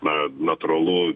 na natūralu